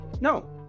No